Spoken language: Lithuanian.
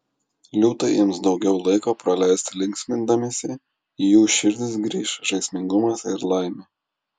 liūtai ims daugiau laiko praleisti linksmindamiesi į jų širdis grįš žaismingumas ir laimė